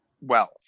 wealth